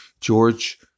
George